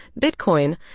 Bitcoin